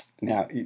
Now